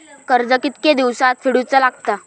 कर्ज कितके दिवसात फेडूचा लागता?